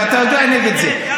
ואתה יודע שאנחנו נגד זה.